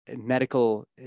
medical